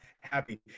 happy